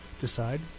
decide